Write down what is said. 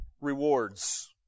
rewards